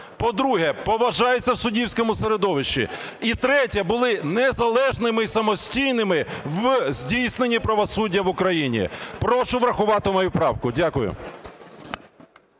по-друге, поважаються в суддівському середовищі; і третє - були незалежними і самостійними в здійсненні правосуддя в Україні. Прошу врахувати мою правку. Дякую.